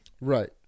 Right